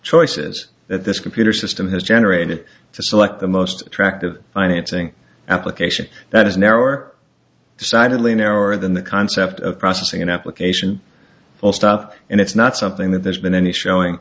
choices that this computer system has generated to select the most attractive financing application that is narrow or decidedly narrower than the concept of processing an application all stuff and it's not something that has been any showing